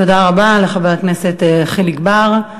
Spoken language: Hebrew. תודה רבה לחבר הכנסת חיליק בר.